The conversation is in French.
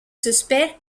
suspect